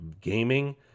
gaming